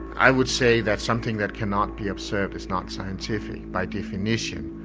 i would say that something that cannot be observed is not scientific by definition.